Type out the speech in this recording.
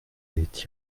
est